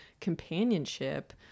companionship